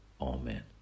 Amen